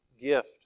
gift